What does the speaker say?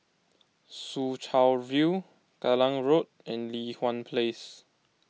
Soo Chow View Kallang Road and Li Hwan Place